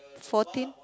fourteen